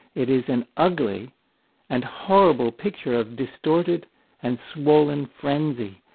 it is an ugly and horrible picture of distorted and swollen frenzy.